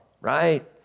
right